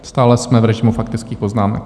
Stále jsme v režimu faktických poznámek.